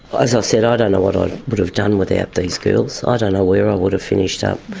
as i said, i ah don't know what i would have done without these girls, ah i don't know where i would have finished up,